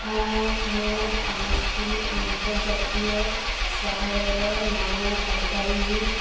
ହଁ ମୁଁ ପାଞ୍ଚଟି ଆନ୍ତର୍ଜାତୀୟ ସହରର ନାମ କହିପାରିବି